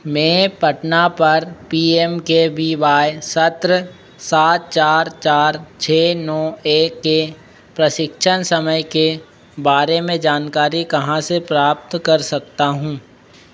मैं पटना पर P M K V Y सत्र सात चार चार छह नौ एक के प्रशिक्षण समय के बारे में जानकारी कहाँ से प्राप्त कर सकता हूँ